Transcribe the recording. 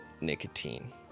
nicotine